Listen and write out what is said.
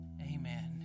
amen